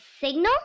signal